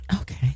Okay